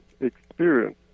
experience